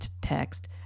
text